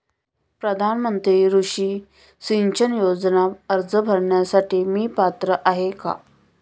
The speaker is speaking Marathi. प्रधानमंत्री कृषी सिंचन योजना अर्ज भरण्यासाठी मी पात्र आहे का?